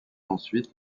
ensuite